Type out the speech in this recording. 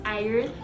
iron